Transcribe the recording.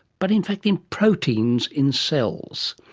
but in fact in proteins in cells.